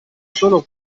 solo